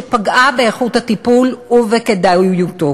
שפגעה באיכות הטיפול ובכדאיותו.